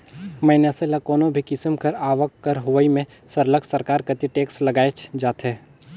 मइनसे ल कोनो भी किसिम कर आवक कर होवई में सरलग सरकार कती टेक्स लगाएच जाथे